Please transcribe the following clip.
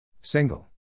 Single